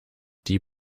die